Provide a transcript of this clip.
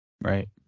Right